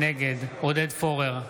נגד עודד פורר,